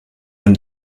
when